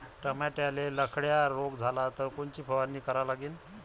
टमाट्याले लखड्या रोग झाला तर कोनची फवारणी करा लागीन?